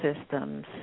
systems